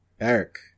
Eric